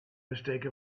mistake